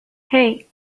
hey